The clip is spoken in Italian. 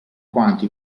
quanto